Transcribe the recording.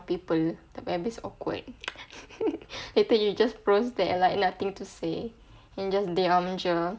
people tak habis-habis awkward later you just froze there like nothing to say and just diam jer